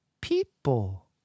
People